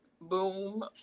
boom